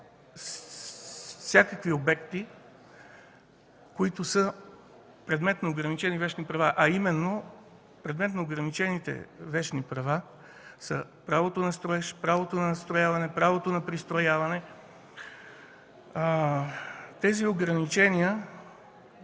всякакви обекти, които са предмет на ограничени вещни права. Предмет на ограничени вещни права са правото на строеж, правото на надстрояване, правото на пристрояване. Тези ограничения